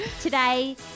Today